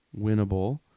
winnable